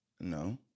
No